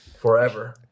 forever